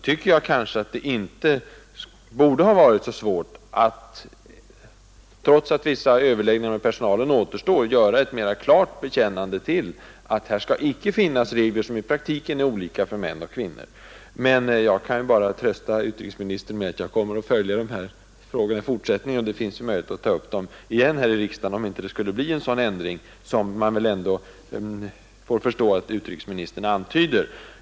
Men jag tycker att det inte borde ha varit så svårt, trots att vissa överläggningar med personalen återstår, att lämna en klarare bekännelse till principen att det inte skall finnas regler som i praktiken är olika för män och kvinnor. Jag kan försäkra utrikesministern att jag kommer att följa dessa frågor i fortsättningen. Det finns möjligheter att återigen ta upp dem här i riksdagen, om det inte skulle bli en sådan ändring som utrikesministern antyder.